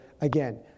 again